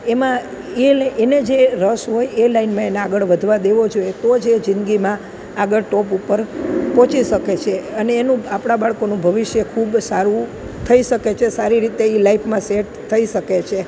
એમાં એને જે રસ હોય એ લાઇનમાં એને આગળ વધવા દેવો જોઈએ તો જ એ જિદગીમાં આગળ ટોપ ઉપર પહોંચી શકે છે અને એનું આપણાં બાળકોનું ભવિષ્ય ખૂબ સારું થઇ શકે છે સારી રીતે એ લાઈફમાં સેટ થઇ શકે છે